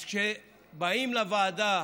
אז כשבאים לוועדה